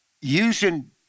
using